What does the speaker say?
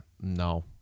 No